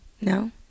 No